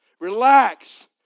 relax